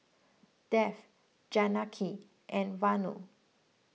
Dev Janaki and Vanu